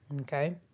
Okay